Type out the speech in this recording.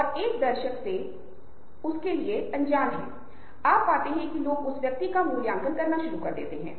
जुड़े हुए लोगों के साथ दोस्त बहुत मदद कर सकते हैं क्योंकि यदि आप किसी को नहीं जानते हैं तो किसी और को उस व्यक्ति के बारे में पता होगा और यह मदद करेगा